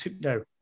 no